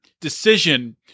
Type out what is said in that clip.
decision